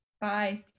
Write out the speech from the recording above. Bye